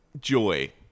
joy